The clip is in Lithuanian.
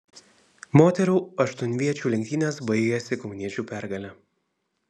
moterų aštuonviečių lenktynės baigėsi kauniečių pergale